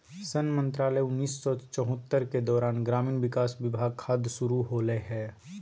सन मंत्रालय उन्नीस सौ चैह्त्तर के दौरान ग्रामीण विकास विभाग खाद्य शुरू होलैय हइ